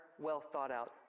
well-thought-out